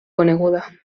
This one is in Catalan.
coneguda